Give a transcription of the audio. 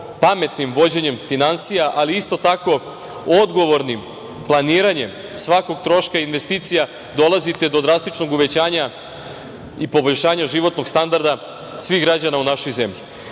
pametnim vođenjem finansija, ali isto tako odgovornim planiranjem svakog troška, investicija dolazite do drastičnog uvećanja i poboljšanja životnog standarda svih građana u našoj zemlji. Ako